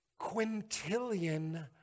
quintillion